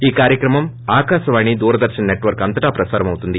ఈ కార్యక్రమం ఆకాశవాణి దూరదర్శన్ నెట్వర్క్ అంతటా ప్రసారం కానుంది